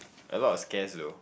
a lot of scared loh